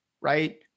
right